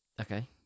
Okay